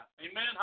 amen